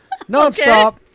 Nonstop